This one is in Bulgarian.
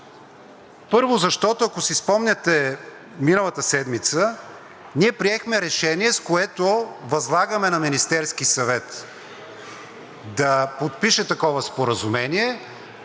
първо, защото, ако си спомняте, миналата седмица ние приехме решение, с което възлагаме на Министерския съвет да подпише такова споразумение